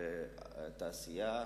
התעשייה,